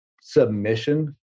submission